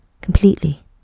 completely